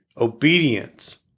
Obedience